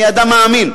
אני אדם מאמין,